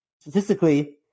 Statistically